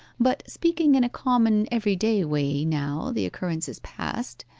but speaking in a common everyday way now the occurrence is past,